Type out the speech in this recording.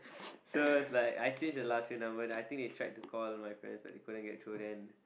so it's like I change the last few number then they tried to call my parents but they couldn't get through them